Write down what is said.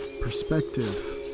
perspective